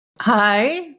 hi